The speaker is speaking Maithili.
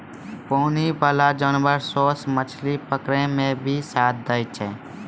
पानी बाला जानवर सोस मछली पकड़ै मे भी साथ दै छै